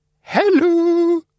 Hello